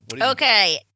Okay